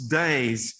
days